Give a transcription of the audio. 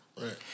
Right